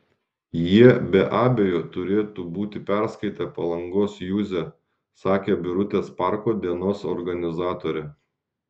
jie be abejo turėtų būti perskaitę palangos juzę sakė birutės parko dienos organizatorė